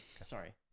Sorry